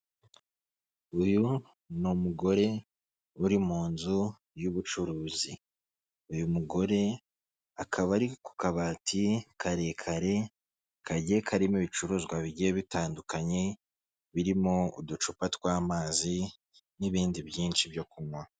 Uyu ni umugore uri mu nzu y'ubucuruzi. Uyu mugore akaba ari ku kabati karekare kagiye karimo ibicuruzwa bigiye bitandukanye, birimo uducupa tw'amazi n'ibindi byinshi byo kunywa.